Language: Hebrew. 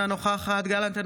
אינה נוכחת יואב גלנט,